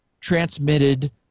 transmitted